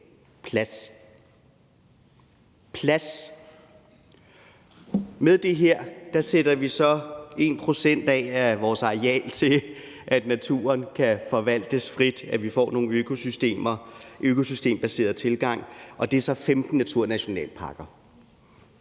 med det her sætter vi så 1 pct. af vores areal af til, at naturen kan forvaltes frit, at vi får nogle økosystemer, en økosystembaseret tilgang, og det er så 15 naturnationalparker.